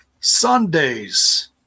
Sunday's